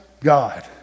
God